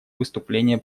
выступление